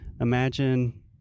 Imagine